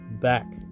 back